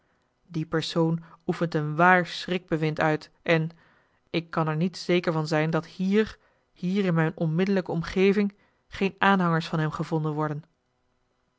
die persoon oefent een waar schrikbewind uit en ik kan er niet zeker van zijn dat hier hier in mijn onmiddellijke omgeving geen aanhangers van hem gevonden worden